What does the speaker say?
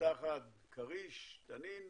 אחר אחד כריש ותנין,